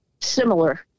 similar